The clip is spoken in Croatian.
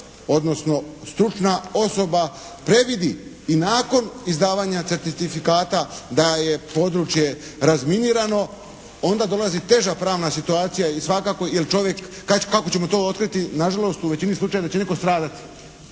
odnosno stručna osoba predvidi i nakon izdavanja certifikata da je područje razminirano, onda dolazi teža pravna situacija i svakako, jer čovjek, kako ćemo to otkriti, na žalost u većini slučajeva da će netko stradati.